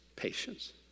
Patience